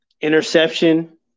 Interception